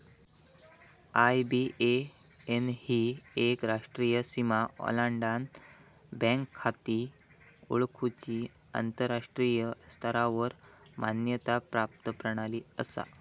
IBAN ही एक राष्ट्रीय सीमा ओलांडान बँक खाती ओळखुची आंतराष्ट्रीय स्तरावर मान्यता प्राप्त प्रणाली असा